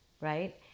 right